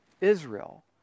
Israel